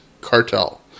cartel